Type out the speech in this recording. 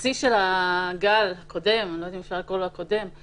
בשיא של הגל הקודם כן